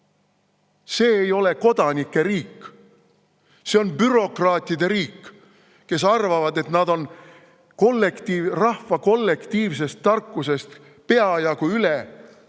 See ei ole kodanike riik. See on bürokraatide riik, kes arvavad, et nad on rahva kollektiivsest tarkusest pea jagu üle